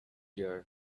year